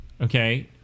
okay